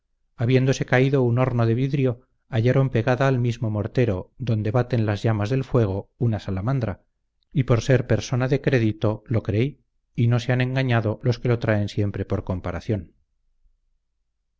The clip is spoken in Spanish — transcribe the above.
habiéndose caído un horno de vidrio hallaron pegada al mismo mortero donde baten las llamas del fuego una salamandra y por ser persona de crédito lo creí y no se han engañado los que lo traen siempre por comparación